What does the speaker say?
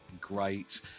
great